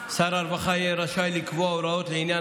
שר הרווחה יהיה רשאי לקבוע הוראות לעניין